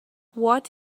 what